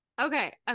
okay